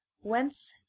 whence